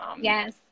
yes